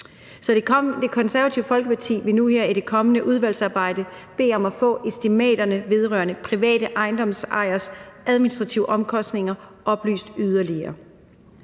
Det Konservative Folkeparti vil nu her i det kommende udvalgsarbejde bede om at få estimaterne vedrørende private ejendomsejeres administrative omkostninger oplyst yderligere.